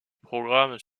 programmes